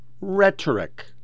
rhetoric